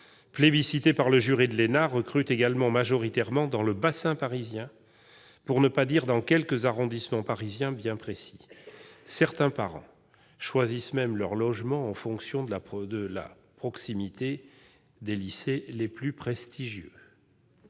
plébiscitées par le jury de l'ENA recrutent majoritairement dans le bassin parisien, pour ne pas dire dans quelques arrondissements parisiens bien précis. Certains parents choisissent même leur logement en fonction de la proximité des lycées les plus prestigieux,